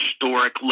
historic